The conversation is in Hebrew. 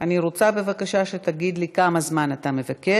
אני רוצה שתגיד לי, בבקשה, כמה זמן אתה מבקש.